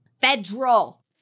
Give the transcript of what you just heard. federal